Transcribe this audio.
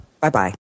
Bye-bye